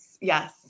Yes